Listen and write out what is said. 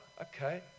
okay